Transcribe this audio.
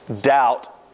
doubt